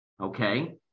Okay